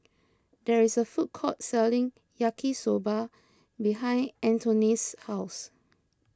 there is a food court selling Yaki Soba behind Antoinette's house